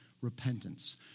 repentance